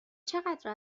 چقدر